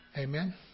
Amen